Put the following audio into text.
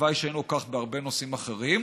הלוואי שהיינו כך בהרבה נושאים אחרים,